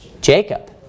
Jacob